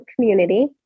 community